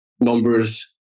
numbers